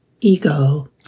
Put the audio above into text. ego